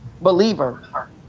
believer